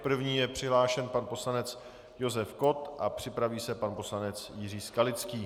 První je přihlášen pan poslanec Josef Kott a připraví se pan poslanec Jiří Skalický.